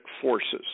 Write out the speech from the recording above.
forces